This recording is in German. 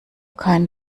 keinen